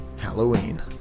Halloween